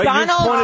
Donald